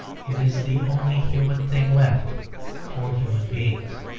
it is the only human thing left for human beings.